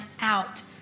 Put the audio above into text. out